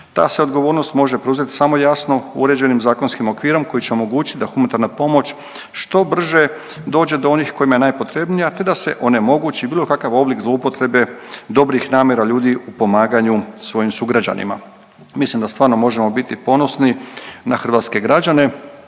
Ta se odgovornost može preuzeti samo jasno uređenim zakonskim okvirom koji će omogućiti da humanitarna pomoć što brže dođe do onih kojima je najpotrebnija, te da se onemogući bilo kakav oblik zloupotrebe dobrih namjera ljudi u pomaganju svojim sugrađanima. Mislim da stvarno možemo biti ponosni na hrvatske građane,